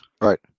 Right